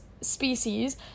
species